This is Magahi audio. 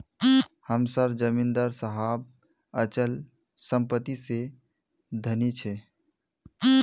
हम सार जमीदार साहब अचल संपत्ति से धनी छे